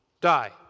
die